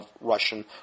Russian